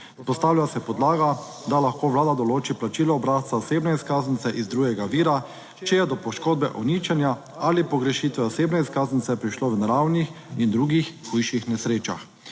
Vzpostavlja se podlaga, da lahko vlada določi plačilo obrazca osebne izkaznice iz drugega vira, če je do poškodbe, uničenja ali pogrešitve osebne izkaznice prišlo v naravnih in drugih hujših nesrečah.